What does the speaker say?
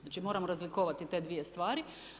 Znači moramo razlikovati te dvije stvari.